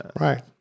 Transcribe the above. right